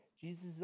Jesus